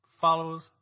followers